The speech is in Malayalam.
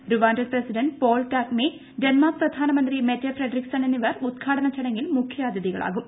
Rwandan president Paul Kagame Denmark പ്രധാനമന്ത്രി മെറ്റെ ഫ്രഡറിക്സൺ എന്നൂിവർ ഉദ്ഘാടന ചടങ്ങിൽ മുഖ്യാതിഥികളാവും